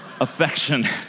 affection